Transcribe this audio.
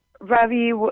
Ravi